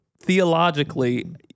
theologically